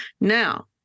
Now